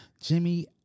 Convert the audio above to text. Jimmy